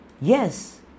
Yes